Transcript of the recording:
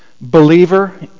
believer